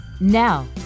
Now